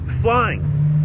flying